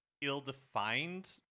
ill-defined